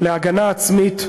להגנה עצמית,